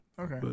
Okay